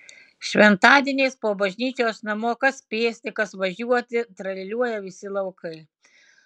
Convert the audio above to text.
šventadieniais po bažnyčios namo kas pėsti kas važiuoti tralialiuoja visi laukai